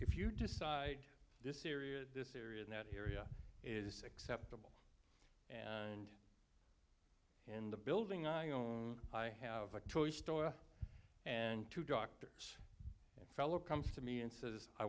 if you decide this syria this area and that area is acceptable and in the building i own i have a toy store and two doctors fellow comes to me and says i